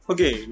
Okay